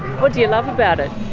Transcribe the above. what do you love about it?